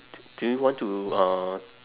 do you want to uh